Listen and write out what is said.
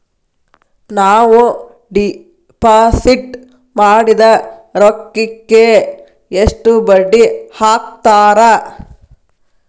ನಾವು ಡಿಪಾಸಿಟ್ ಮಾಡಿದ ರೊಕ್ಕಿಗೆ ಎಷ್ಟು ಬಡ್ಡಿ ಹಾಕ್ತಾರಾ?